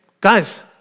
guys